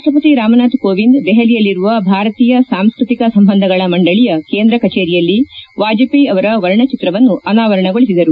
ರಾಷ್ಲಪತಿ ರಾಮನಾಥ್ ಕೋವಿಂದ್ ದೆಹಲಿಯಲ್ಲಿರುವ ಭಾರತೀಯ ಸಾಂಸ್ಕತಿಕ ಸಂಬಂಧಗಳ ಮಂಡಳಿಯ ಕೇಂದ್ರ ಕಚೇರಿಯಲ್ಲಿ ವಾಜಪೇಯಿ ಅವರ ವರ್ಣಚಿತ್ರವನ್ನು ಅನಾವರಣಗೊಳಿಸಿದರು